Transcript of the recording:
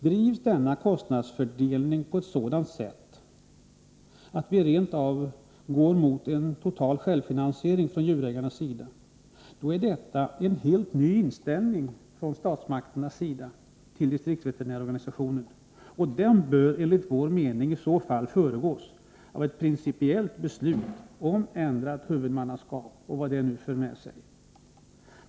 Om frågan om kostnadsfördelning drivs på ett sådant sätt att följden härav rent av blir att man närmar sig en total självfinansiering från djurägarnas sida, rör det sig om en helt ny inställning från statsmakterna till distriktsveterinärsorganisationen, och den bör enligt vår mening i så fall föregås av ett principiellt beslut om ändrat huvudmannaskap och vad detta kan föra med sig.